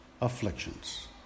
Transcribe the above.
afflictions